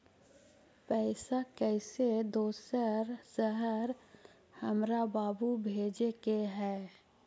पैसा कैसै दोसर शहर हमरा बाबू भेजे के है?